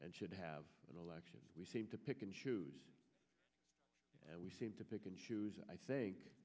and should have an election we seem to pick and choose we seem to pick and choose and i think